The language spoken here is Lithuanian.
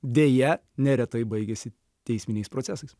deja neretai baigiasi teisminiais procesais